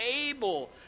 able